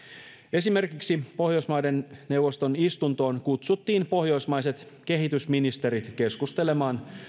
esimerkiksi pohjoismaiden neuvoston istuntoon kutsuttiin pohjoismaiset kehitysministerit keskustelemaan